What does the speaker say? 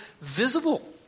visible